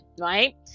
right